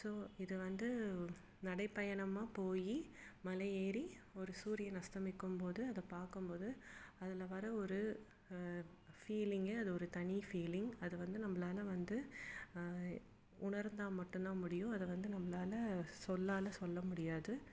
so இது வந்து நடைப்பயணமாக போய் மலையேறி ஒரு சூரியன் அஸ்தமிக்கும் போது அதை பார்க்கம்போது அதில் வர ஒரு ஃபீலிங்கே அது ஒரு தனி ஃபீலிங் அது வந்து நம்மளால வந்து உணர்ந்தால் மட்டும் தான் முடியும் அதை வந்து நம்மளால சொல்லால் சொல்ல முடியாது